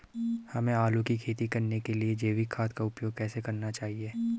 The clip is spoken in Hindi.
हमें आलू की खेती करने के लिए जैविक खाद का उपयोग कैसे करना चाहिए?